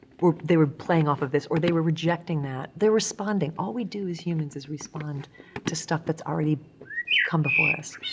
they were playing off of this or they were rejecting that. they're responding. all we do as humans is respond to stuff that's already come before us.